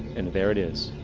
and there it is!